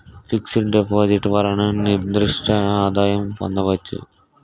fix డిపాజిట్లు వలన నిర్దిష్ట ఆదాయం పొందవచ్చు